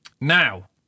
Now